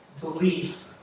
belief